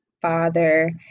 father